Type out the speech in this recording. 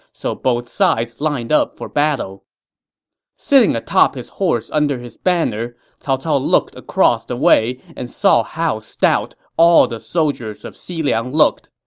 so both sides lined up for battle sitting atop his horse under his banner, cao cao looked across the way and saw how stout all the soldiers of xiliang looked.